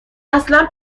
اصلا